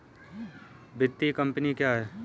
वित्तीय कम्पनी क्या है?